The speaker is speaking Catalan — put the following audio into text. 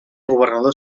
governador